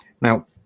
Now